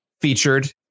featured